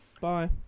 Bye